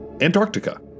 Antarctica